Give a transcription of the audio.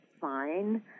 fine